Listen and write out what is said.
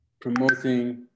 promoting